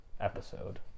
episode